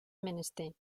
menester